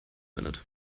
minute